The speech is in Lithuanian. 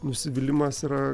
nusivylimas yra